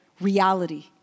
reality